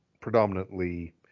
predominantly